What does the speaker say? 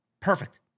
Perfect